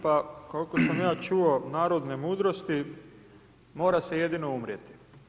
Pa koliko sam ja čuo narodne mudrosti mora se jedino umrijeti.